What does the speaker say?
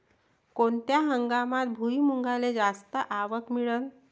कोनत्या हंगामात भुईमुंगाले जास्त आवक मिळन?